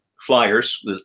Flyers